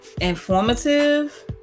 informative